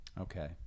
Okay